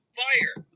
fire